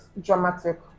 Dramatic